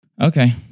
Okay